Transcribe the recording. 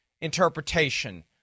interpretation